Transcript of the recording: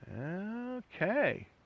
Okay